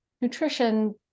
nutrition